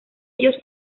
ellos